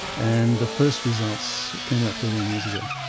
and the first results came out thirteen years ago.